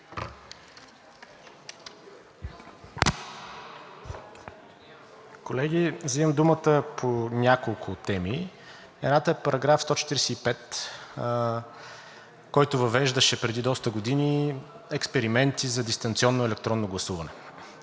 Колеги, взимам думата по няколко теми. Едната е параграф 145, който въвеждаше преди доста години експерименти за дистанционно електронно гласуване.